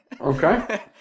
Okay